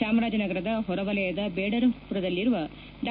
ಚಾಮರಾಜನಗರದ ಹೊರವಲಯದ ಬೇಡರಪುರದಲ್ಲಿರುವ ಡಾ